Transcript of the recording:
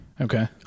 Okay